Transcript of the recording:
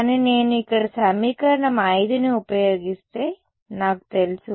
కానీ నేను ఇక్కడ సమీకరణం 5ని ఉపయోగిస్తే నాకు తెలుసు